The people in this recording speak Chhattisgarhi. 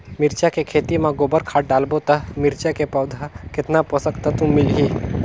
मिरचा के खेती मां गोबर खाद डालबो ता मिरचा के पौधा कितन पोषक तत्व मिलही?